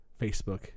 Facebook